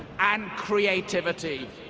and creativity.